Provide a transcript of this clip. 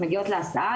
שמגיעות להסעה,